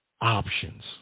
Options